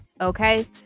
okay